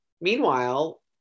Meanwhile